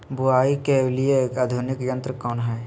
बुवाई के लिए आधुनिक यंत्र कौन हैय?